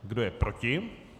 Kdo je proti?